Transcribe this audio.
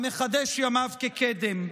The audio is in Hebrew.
המחדש ימיו כקדם.